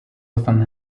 often